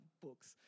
books